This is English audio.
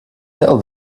tell